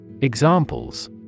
Examples